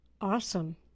Awesome